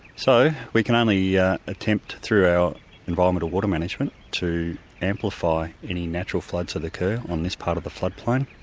so we can only yeah attempt through our environmental water management to amplify any natural floods that occur on this part of the floodplain,